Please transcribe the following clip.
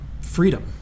freedom